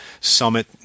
summit